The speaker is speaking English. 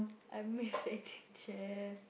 I miss Eighteen-Chef